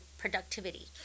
productivity